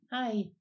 Hi